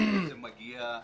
והוא מגיע,